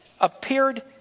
appeared